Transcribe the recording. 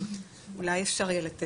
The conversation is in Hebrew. אולי אפשר יהיה לתת.